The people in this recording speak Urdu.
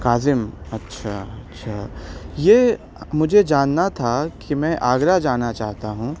کاظم اچھا اچھا یہ مجھے جاننا تھا کہ میں آگرہ جانا چاہتا ہوں